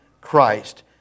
Christ